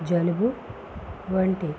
జలుబు వంటి